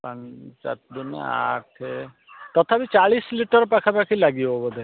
ଚାରି ଦୁଗୁଣେ ଆଠ ତଥାପି ଚାଳିଶ ଲିଟର ପାଖାପାଖି ଲାଗିବ ବୋଧେ